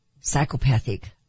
psychopathic